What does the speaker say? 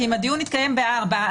כי אם הדיון התקיים ב-16:00,